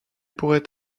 pourrait